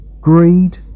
Greed